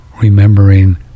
remembering